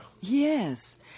Yes